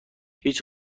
هیچ